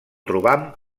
trobam